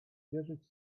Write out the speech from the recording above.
wierzyć